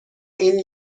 این